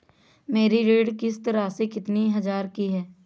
मेरी ऋण किश्त राशि कितनी हजार की है?